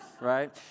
right